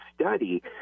study